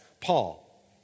Paul